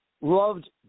loved